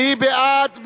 מי בעד?